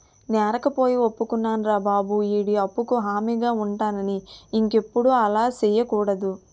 నేరకపోయి ఒప్పుకున్నారా బాబు ఈడి అప్పుకు హామీగా ఉంటానని ఇంకెప్పుడు అలా సెయ్యకూడదు